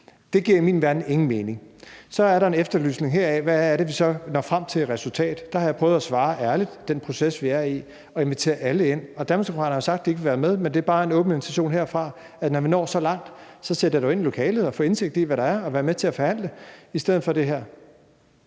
Det giver i min verden ingen mening. Så er der her en efterlysning af, hvad det så er for et resultat, vi når frem til. Der har jeg prøvet at svare ærligt, at i den proces, vi er i, vil vi invitere alle ind. Danmarksdemokraterne har jo sagt, at de ikke vil være med, men der er bare en åben invitation herfra: Når vi når så langt, så sæt jer da ind i lokalet og få indsigt i, hvad der er, og vær med til at forhandle – i stedet for det her.